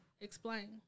Explain